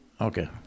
Okay